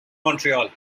montreal